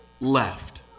left